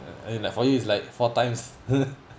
I mean like for you it's like four times